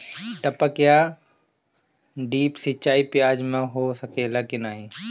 टपक या ड्रिप सिंचाई प्याज में हो सकेला की नाही?